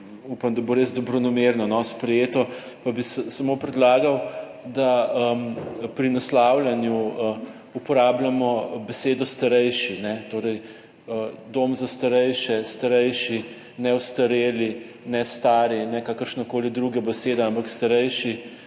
(nadaljevanje) pa bi samo predlagal, da pri naslavljanju uporabljamo besedo starejši, torej dom za starejše, starejši, ne ostareli, ne stari, ne kakršnakoli druga beseda, ampak starejši.